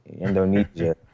Indonesia